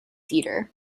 theater